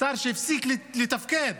שר שהפסיק לתפקד